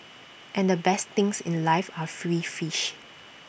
and the best things in life are free fish